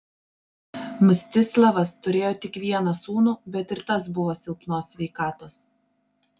mstislavas turėjo tik vieną sūnų bet ir tas buvo silpnos sveikatos